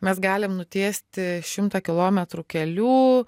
mes galim nutiesti šimtą kilometrų kelių